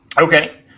Okay